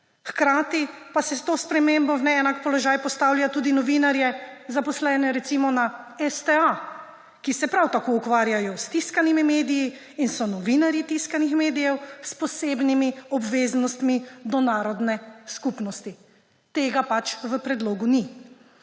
Hkrati pa se s to spremembo v neenak položaj postavlja tudi novinarje, zaposlene, recimo, na STA, ki se prav tako ukvarjajo s tiskanimi mediji in so novinarji tiskanih medijev s posebnimi obveznostmi do narodne skupnosti; tega pač v predlogu ni.